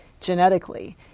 genetically